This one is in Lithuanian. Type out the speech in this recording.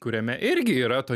kuriame irgi yra to